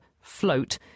float